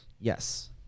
yes